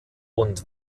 und